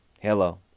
Hello